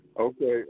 Okay